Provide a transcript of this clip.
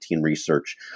research